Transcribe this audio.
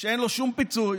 אין לו שום פיצוי